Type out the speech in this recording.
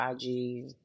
IG